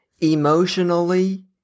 emotionally